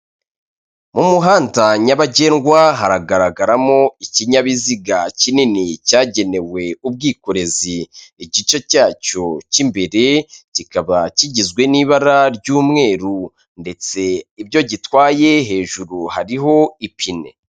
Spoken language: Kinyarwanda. Mu muhanda nyabagendwa haragaragaramo ikinyabiziga kinini cyagenewe ubwikorezi; igice cyacyo cy'imbere kikaba kigizwe n'ibara ry'umweru; ndetse ibyo gitwaye hejuru hariho ipine.